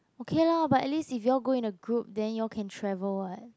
okay lah but at least if you all go in a group then you all can travel [what]